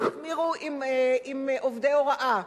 עם עובדי הוראה.